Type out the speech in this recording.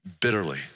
bitterly